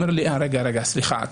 אומר לי: רגע, סליחה.